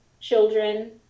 children